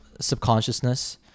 subconsciousness